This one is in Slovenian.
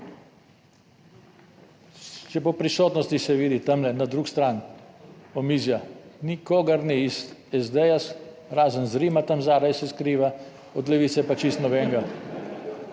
Saj po prisotnosti, se vidi tamle na drugi strani omizja, nikogar ni iz SDS, razen iz Zrima tam zadaj se skriva, od Levice pa čisto nobenega.